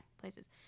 places